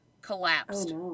collapsed